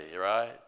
right